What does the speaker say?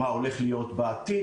מה הולך להיות בעתיד?